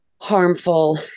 harmful